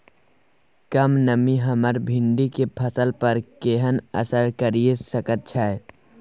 कम नमी हमर भिंडी के फसल पर केहन असर करिये सकेत छै?